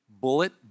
bullet